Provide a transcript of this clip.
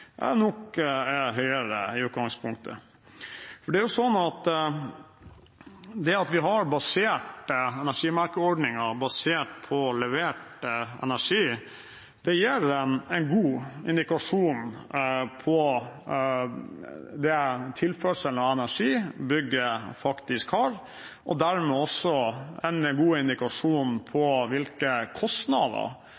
nok er høyere i utgangspunktet. Det at vi har basert energimerkeordningen på levert energi, gir en god indikasjon på den tilførselen av energi bygget faktisk har, og dermed også en god indikasjon på hvilke løpende kostnader